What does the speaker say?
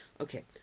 Okay